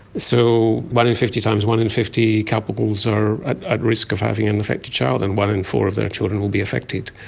so one in fifty times one in fifty couples are at risk of having an affected child, and one in four of their children will be affected.